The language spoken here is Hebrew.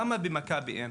למה במכבי אין?